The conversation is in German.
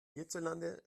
hierzulande